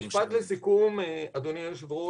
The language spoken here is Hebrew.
משפט לסיכום, אדוני היו"ר.